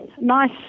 nice